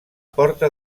porta